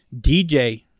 DJ